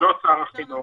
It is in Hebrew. שר החינוך.